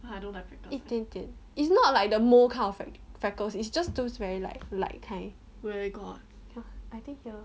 一点点 it's not like the mole kind of frec~ freckles it's just those very like light kind here I think here